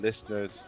listeners